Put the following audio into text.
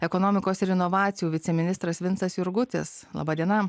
ekonomikos ir inovacijų viceministras vincas jurgutis laba diena